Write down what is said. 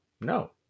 No